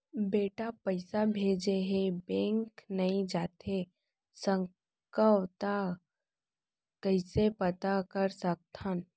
बेटा पइसा भेजे हे, बैंक नई जाथे सकंव त कइसे पता कर सकथव?